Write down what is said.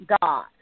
God